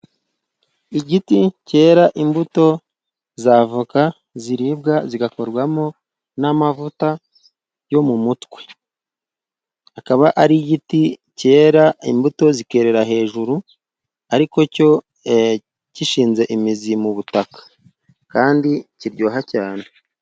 Igiti kera imbuto za voka ziribwa zigakorwamo n'amavuta yo mu mutwe. Akaba ari igiti kera imbuto zikerera hejuru, ariko cyo gishinze imizi mu butaka, kandi kiryoha cyane.